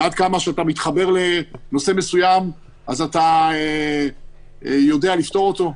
ועד כמה שאתה מתחבר לנושא מסוים אז אתה יודע לפתור אותו.